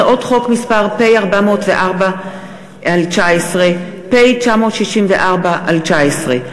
הצעות חוק פ/404/19 ו-פ/964/19,